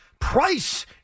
Price